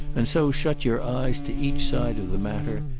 and so shut your eyes to each side of the matter,